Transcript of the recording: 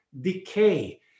decay